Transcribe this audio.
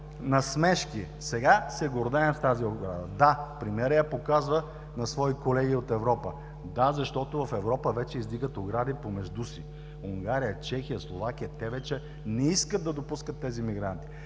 насмешки. Сега се гордеем с тази ограда! Да, премиерът я показва на свои колеги от Европа. Да, защото в Европа вече издигат огради помежду си – Унгария, Чехия, Словакия. Те вече не искат да допускат тези мигранти.